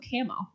camo